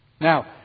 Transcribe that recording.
Now